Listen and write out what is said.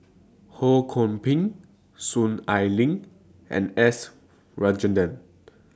Ho Kwon Ping Soon Ai Ling and S Rajendran